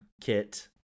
kit